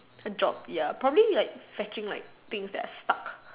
a job ya probably like fetching like things that are stuck